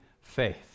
faith